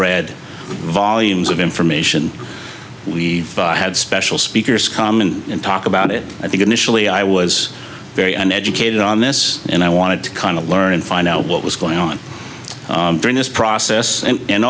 read volumes of information we had special speakers come in and talk about it i think initially i was very an educator on this and i wanted to kind of learn and find out what was going on during this process and